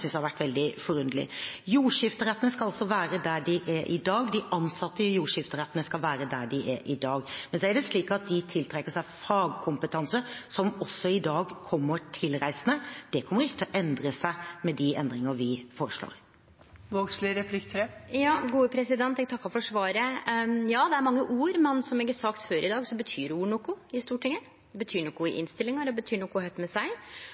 jeg synes har vært veldig forunderlig. Jordskifterettene skal altså være der de er i dag, de ansatte i jordskifterettene skal også være der de er i dag, men så er det slik at de tiltrekker seg fagkompetanse som også i dag kommer tilreisende. Det kommer ikke til å endre seg med de endringer vi foreslår. Eg takkar for svaret. Ja, det er mange ord, men som eg har sagt før i dag, betyr ord noko i Stortinget – dei betyr noko i innstillinga, og det betyr noko kva me seier. Til komiteen og i